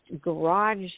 garage